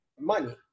money